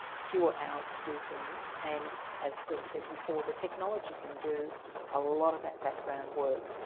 fewer hours to do things and as phil said before the technology can do a lot of that background work.